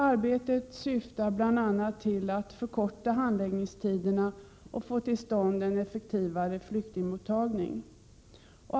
Arbetet syftar bl.a. till att förkorta handläggningstiderna och få till stånd en effektivare flyktingmottagning.